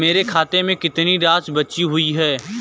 मेरे खाते में कितनी राशि बची हुई है?